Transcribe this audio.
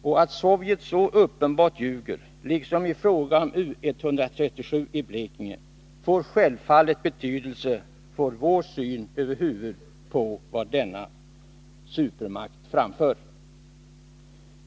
Och att Sovjet så uppenbart ljuger, liksom i fråga om U 137 i Blekinge, får självfallet betydelse för vår syn över huvud taget på vad denna supermakt framför.